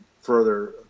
further